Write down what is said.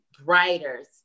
writers